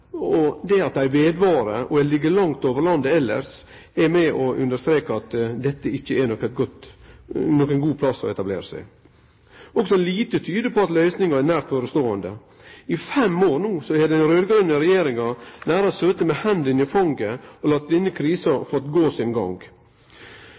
energiprisane, og at dei held seg og ligg langt over elles i landet, er med på å understreke at dette ikkje er nokon god plass å etablere seg. Og lite tyder på at vi kan vente ei snarleg løysing. I fem år no har den raud-grøne regjeringa nærast sete med hendene i fanget og late denne krisa